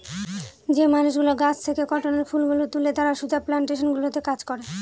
যে মানুষগুলো গাছ থেকে কটনের ফুল গুলো তুলে তারা সুতা প্লানটেশন গুলোতে কাজ করে